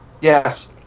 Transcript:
Yes